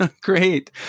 Great